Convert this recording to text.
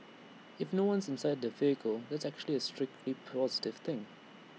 if no one's inside the vehicle that's actually A strictly positive thing